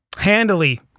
Handily